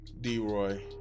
D-Roy